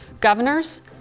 Governors